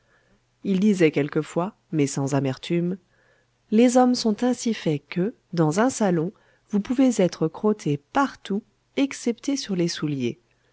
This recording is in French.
il disait quelquefois mais sans amertume les hommes sont ainsi faits que dans un salon vous pouvez être crotté partout excepté sur les souliers